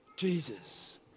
Jesus